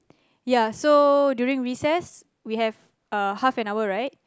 ya so during recess we have uh half an hour right